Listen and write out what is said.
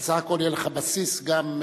אבל בסך הכול יהיה לך בסיס, גם,